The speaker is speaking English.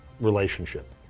relationship